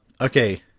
Okay